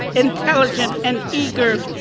intelligent and eager,